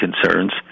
concerns